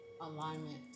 alignment